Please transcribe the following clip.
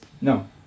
No